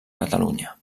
catalunya